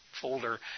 folder